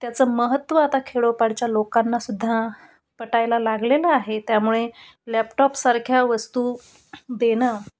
त्याचं महत्त्व आता खेडोपाडच्या लोकांना सुद्धा पटायला लागलेलं आहे त्यामुळे लॅपटॉपसारख्या वस्तू देणं